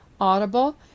Audible